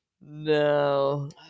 no